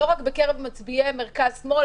לא רק בקרב מצביעי מרכז-שמאל,